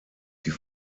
die